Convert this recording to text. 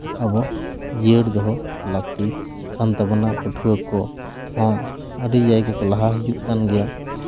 ᱟᱵᱚ ᱡᱤᱭᱟᱹᱲ ᱫᱚᱦᱚ ᱞᱟᱹᱠᱛᱤ ᱠᱟᱱ ᱛᱟᱵᱚᱱᱟ ᱯᱟᱹᱴᱷᱩᱣᱟᱹ ᱠᱚ ᱦᱚᱸ ᱟᱹᱰᱤ ᱡᱟ ᱜᱮᱠᱚ ᱞᱟᱦᱟ ᱦᱤᱡᱩᱜ ᱠᱟᱱ ᱜᱮᱭᱟ